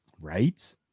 Right